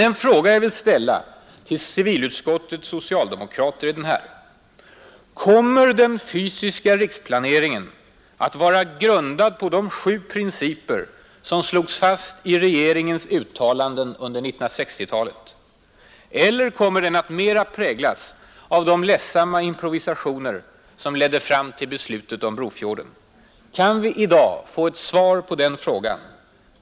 Den fråga jag vill ställa till civilutskottets socialdemokrater är denna: Kommer den fysiska riksplaneringen att vara grundad på de sju principer som slogs fast i regeringens uttalanden under 1960-talet? Eller kommer den att mera präglas av de ledsamma improvisationer som ledde fram till beslutet om Brofjorden? Kan vi i dag få ett svar på den frågan?